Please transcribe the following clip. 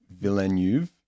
Villeneuve